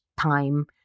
time